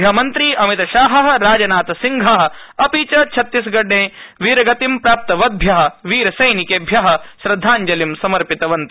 गृहमन्त्री अमितशाहःराजनाथसिंहः अपि छत्तीसगढेवीरगतिं प्राप्तवद्भ्यः वीरसैनिकेभ्यः श्रद्धाञ्जलिं समर्पितवान्